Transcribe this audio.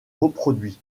reproduit